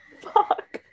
Fuck